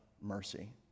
mercy